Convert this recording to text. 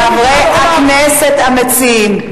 חברי הכנסת המציעים,